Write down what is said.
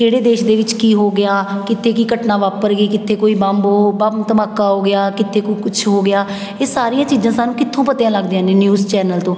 ਕਿਹੜੇ ਦੇਸ਼ ਦੇ ਵਿੱਚ ਕੀ ਹੋ ਗਿਆ ਕਿੱਥੇ ਕੀ ਘਟਨਾ ਵਾਪਰ ਗਈ ਕਿੱਥੇ ਕੋਈ ਬੰਬ ਉਹ ਬੰਬ ਧਮਾਕਾ ਹੋ ਗਿਆ ਕਿੱਥੇ ਕੋ ਕੁਛ ਹੋ ਗਿਆ ਇਹ ਸਾਰੀਆਂ ਚੀਜ਼ਾਂ ਸਾਨੂੰ ਕਿੱਥੋਂ ਪਤਾ ਲੱਗਦੀਆਂ ਨੇ ਨਿਊਜ਼ ਚੈਨਲ ਤੋਂ